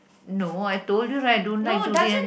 no I told you right I don't like durians